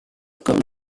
comme